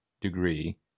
degree